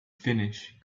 finish